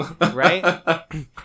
Right